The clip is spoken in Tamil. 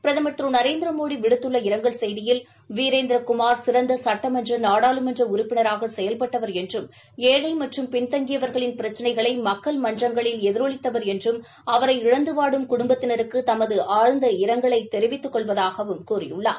பிரதமா திரு நரேந்திரமோடி விடுத்துள்ள இரங்கல் செய்தியில் வீரேந்திரகுமாா சிறந்த சட்டமன்ற நாடாளுமன்ற உறுப்பினராக செயல்பட்டவர் என்றும் ஏழை மற்றும் பின்தங்கியவர்களின் பிரக்சினைகளை மக்கள் மன்றங்களில் எதிரொலித்தவர் என்றும் அவரை இழந்து வாடும் குடும்பத்தினருக்கு தமது ஆழ்ந்த இரங்கலை தெரிவித்துக் கொள்ளவதாகவும் கூறியுள்ளார்